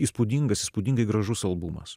įspūdingas įspūdingai gražus albumas